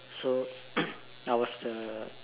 so I was the